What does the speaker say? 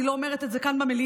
אני לא אומרת את זה כאן במליאה,